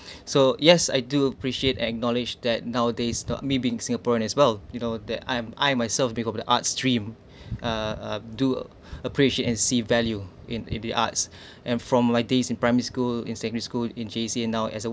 so yes I do appreciate acknowledged that nowadays not me being singaporean as well you know that I am I myself be from the art stream uh do appreciate and see value in in the arts and from my days in primary school in secondary school in J_C and now as a